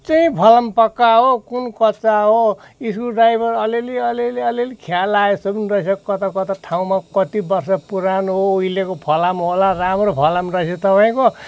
चाहिँ फलाम पक्का हो कुन कच्चा हो स्कुड्राइभर अलिअलि अलिअलि अलिअलि खिया लागेजस्तो पनि रहेछ कता कता ठाउँमा कति वर्ष पुरानो हो उइलेको फलाम होला राम्रो फलाम रहेछ तपाईँको